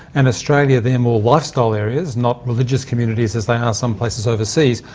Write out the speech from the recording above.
and australia, they're more lifestyle areas, not religious communities as they are some places overseas.